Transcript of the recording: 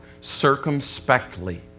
circumspectly